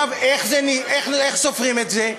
איך סופרים את זה,